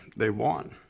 they won.